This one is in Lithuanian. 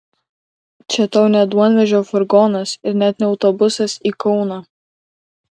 čia tau ne duonvežio furgonas ir net ne autobusas į kauną